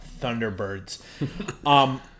Thunderbirds